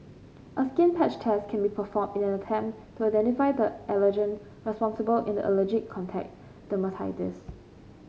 a skin patch test can be performed in an attempt to identify the allergen responsible in the allergic contact dermatitis